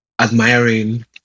admiring